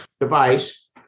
device